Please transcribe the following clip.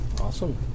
Awesome